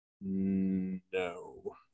No